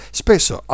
spesso